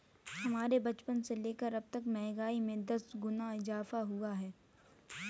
हमारे बचपन से लेकर अबतक महंगाई में दस गुना इजाफा हुआ है